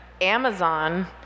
Amazon